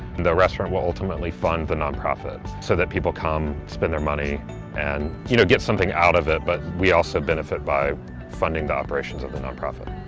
the restaurant will ultimately fund the nonprofits so that people come spend their money and you know get something out of it, but we also benefit by funding the operations of the nonprofit.